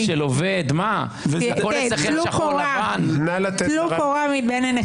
טלו קורה מבין עיניכם.